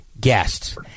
guests